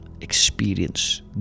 experience